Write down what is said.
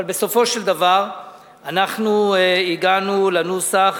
אבל בסופו של דבר אנחנו הגענו לנוסח,